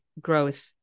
growth